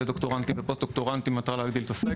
לדוקטורנטים ופוסט-דוקטורנטים במטרה להגדיל את הסגל.